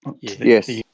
Yes